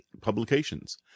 publications